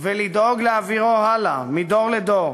ולדאוג להעבירו הלאה מדור לדור.